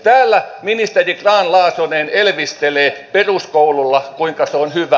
täällä ministeri grahn laasonen elvistelee peruskoululla kuinka se on hyvä